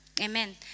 Amen